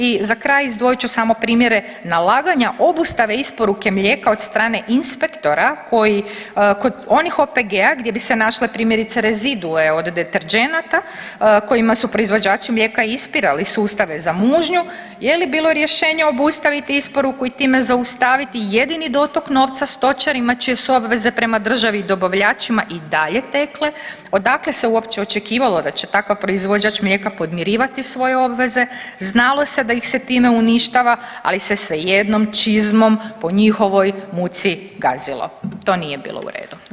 I za kraj izdvojit ću samo primjere, nalaganja obustave isporuke mlijeka od strane inspektora koji kod onih OPG-a gdje bi se našle primjerice rezidue od deterdženata kojima su proizvođači mlijeka ispirali sustave za mužnju, je li bilo rješenje obustaviti isporuku i time zaustaviti jedini dotok novca stočarima čije su obveze prema državi i dobavljačima i dalje tekle, odakle se uopće očekivalo da će takav proizvođač mlijeka podmirivati svoje obveze, znalo se da ih se time uništava, ali se sve jednom čizmom po njihovoj muci gazilo, to nije bilo u redu, zahvaljujem.